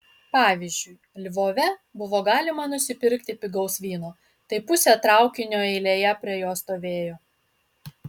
pavyzdžiui lvove buvo galima nusipirkti pigaus vyno tai pusė traukinio eilėje prie jo stovėjo